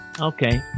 Okay